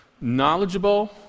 knowledgeable